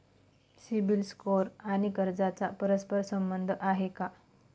CIBIL score आणि कर्जाचा परस्पर संबंध आहे का?